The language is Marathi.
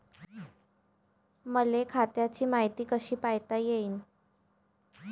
मले खात्याची मायती कशी पायता येईन?